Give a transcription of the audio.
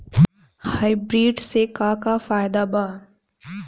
Hybrid से का का फायदा बा?